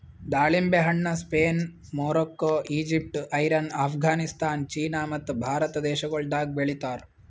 ದಾಳಿಂಬೆ ಹಣ್ಣ Spain, Morocco, Egypt, Iran, Afghanistan, China ಮತ್ತ ಭಾರತ ದೇಶಗೊಳ್ದಾಗ್ ಬೆಳಿತಾರ್